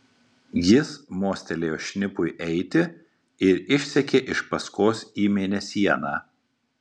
jis mostelėjo šnipui eiti ir išsekė iš paskos į mėnesieną